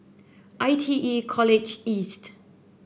I T E College East